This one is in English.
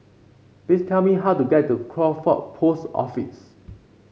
please tell me how to get to Crawford Post Office